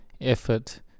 effort